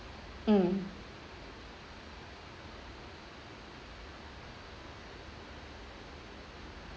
mm